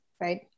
Right